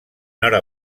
hora